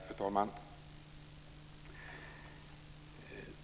Fru talman!